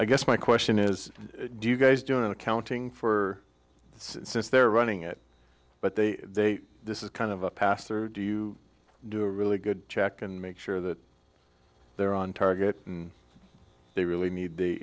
i guess my question is do you guys do in accounting for it's since they're running it but they they this is kind of a pastor do you do a really good check and make sure that they're on target and they really need